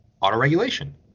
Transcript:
auto-regulation